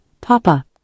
Papa